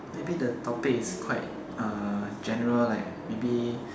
maybe the topic is quite err general like maybe